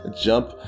jump